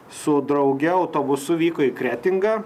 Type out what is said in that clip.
su drauge autobusu vyko į kretingą